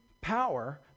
power